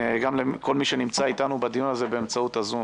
וגם לכל מי שנמצא איתנו בדיון הזה באמצעות ה"זום".